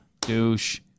Douche